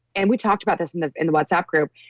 and we talked about this in the in the whatsapp group,